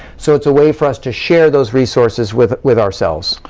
so it's a way for us to share those resources with with ourselves.